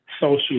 social